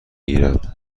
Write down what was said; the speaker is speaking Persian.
گیرم